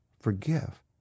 forgive